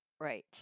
Right